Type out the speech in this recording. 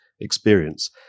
experience